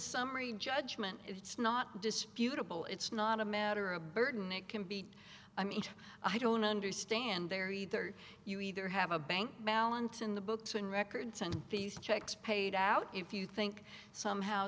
summary judgment it's not disputable it's not a matter of burden it can be i mean i don't understand there either you either have a bank balance in the books and records and these checks paid out if you think somehow